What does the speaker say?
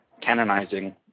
canonizing